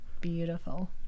Beautiful